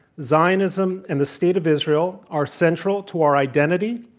zionism and the state of israel are central to our identity,